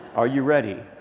are you ready?